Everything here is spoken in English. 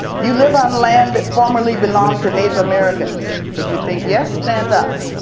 you live on land that formerly belonged to native americans. if you think yes, stand up.